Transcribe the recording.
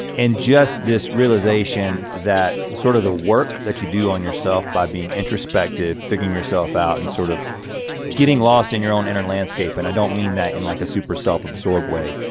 and just this realization, that sort of the work that you do on yourself by being introspective, figuring yourself out and sort of getting lost in your own inner landscape. and i don't mean that in like a super self absorbed way.